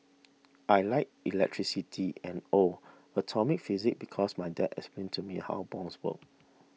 I like electricity and oh atomic physics because my dad explained to me how bombs work